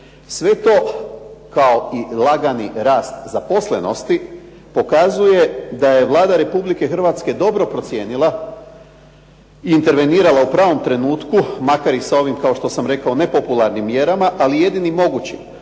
Sve to kao i lagani rast zaposlenosti pokazuje da je Vlada Republike Hrvatske dobro procijenila i intervenirala u pravom trenutku, makar i sa ovim kao što sam rekao nepopularnim mjerama, ali jedini mogućim,